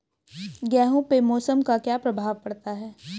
गेहूँ पे मौसम का क्या प्रभाव पड़ता है?